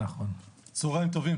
צוהריים טובים.